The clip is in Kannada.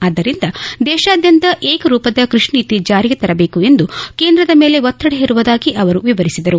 ಆದ್ದರಿಂದ ದೇಶಾದ್ಯಂತ ಏಕರೂಪದ ಕೈಷಿ ನೀತಿ ಜಾರಿಗೆ ತರಬೇಕು ಎಂದು ಕೇಂದ್ರದ ಮೇಲೆ ಒತ್ತಡ ಹೇರುವುದಾಗಿ ಅವರು ವಿವರಿಸಿದರು